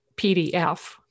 PDF